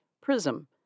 prism